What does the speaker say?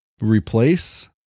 replace